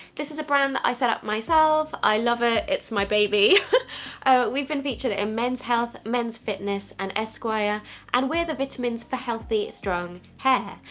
this is a brand that i set up myself i love it. it's my baby we've been featured in men's health, men's fitness and esquire and we're the vitamins for healthy, strong hair!